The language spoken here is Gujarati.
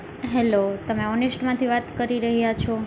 હેલો તમે ઓનેષ્ટમાંથી વાત કરી રહ્યા છો